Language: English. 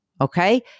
Okay